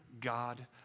God